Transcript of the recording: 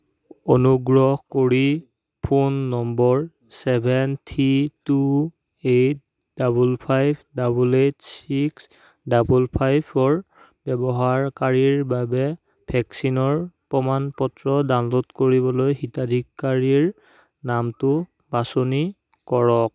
অনুগ্ৰহ কৰি phone number seven three two eight double five double eight six double ফাইভৰ ব্যৱহাৰকাৰীৰ বাবে ভেকচিনৰ প্ৰমাণপত্ৰ ডাউনল'ড কৰিবলৈ হিতাধিকাৰীৰ নামটো বাছনি কৰক